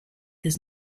his